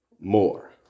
more